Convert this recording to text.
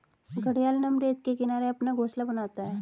घड़ियाल नम रेत के किनारे अपना घोंसला बनाता है